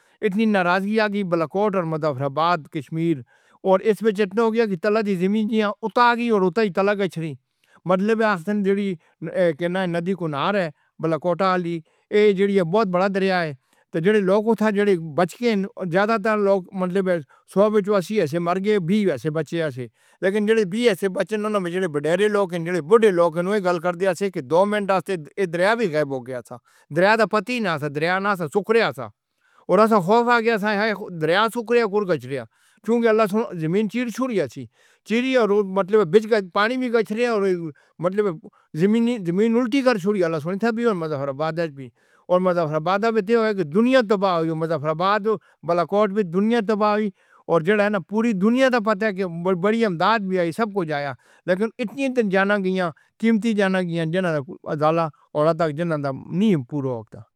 اتنی ناراضگی یا کی بلاک اور اور کشمیر اور اس میں کی اُتھاگی اور اُتاهی کی ندِی کُنار ہے بلکوٹالی، یہ بہت بڑا دریا ہے زیادہ تر۔ لیکن تھوڑی بیسے بچے نو نے بُڈھے لوگ گَل کر دیا سے کہ دو منٹ آج سے ایک ہو گیا تھا دریا د پتی نہ سا دریا نہ سا سُکڑیا سا اور ایسا ہو سا گیا سایہ ہے دریا سُکڑیا گُر گچریا زمین چیر چھُریا سی چیری اور مطلب بیچ کا پانی بھی گچرے اور۔ زمینی زمین الٹی کر چھوڑی اور بھی اور بھی اور بھی اور دنیا تباہی اور جڑ ہے نہ پوری دنیا تباہی یہ سب کچھ آیا لیکن اتنی اتنی جانا قیمتی جنک۔